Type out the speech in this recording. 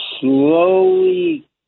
slowly